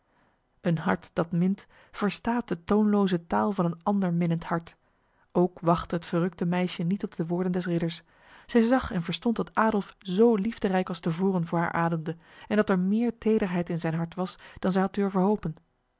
een hart dat mint verstaat de toonloze taal van een ander minnend hart ook wachtte het verrukte meisje niet op de woorden des ridders zij zag en verstond dat adolf zo liefderijk als tevoren voor haar ademde en dat er meer tederheid in zijn hart was dan zij